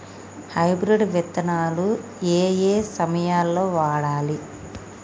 Hybrid విత్తనాలు ఏయే సమయాల్లో వాడాలి?